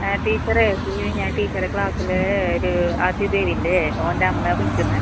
ആ ടീച്ചറെ പിന്നെ ഞാൻ ടീച്ചറെ ക്ലാസ്സിലെ ഒരു ആദിദേവ് ഇല്ലേ ഓൻ്റെ അമ്മയാണ് വിളിക്കുന്നത്